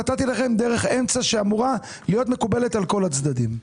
נתתי לכם דרך אמצע שאמורה להיות מקובלת על כל הצדדים.